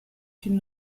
une